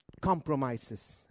compromises